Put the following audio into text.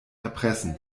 erpressen